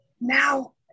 now